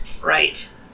Right